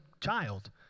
child